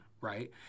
right